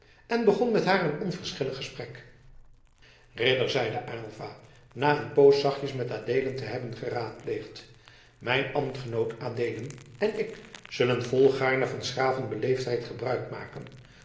en begon met haar een onverschillig gesprek ridder zeide aylva na een poos zachtjes met adeelen te hebben geraadpleegd mijn ambtgenoot adeelen en ik zullen volgaarne van s graven beleefdheid gebruik maken